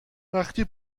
وقتی